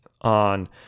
on